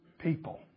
people